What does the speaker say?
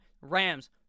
Rams